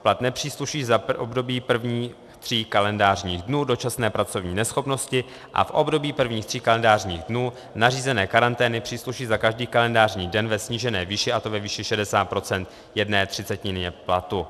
Plat nepřísluší za období prvních tří kalendářních dnů dočasné pracovní neschopnosti a v období prvních tří kalendářních dnů nařízené karantény přísluší za každý kalendářní den ve snížené výši, a to ve výši 60 procent jedné třicetiny platu.